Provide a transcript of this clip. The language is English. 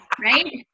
right